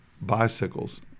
bicycles